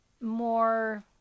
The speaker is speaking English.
more